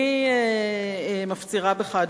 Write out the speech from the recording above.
אני מפצירה בך,